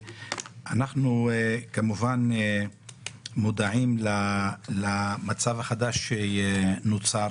אנחנו כמובן מודעים למצב החדש שנוצר